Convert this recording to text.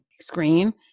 screen